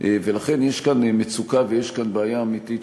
לכן יש כאן מצוקה ויש כאן בעיה אמיתית,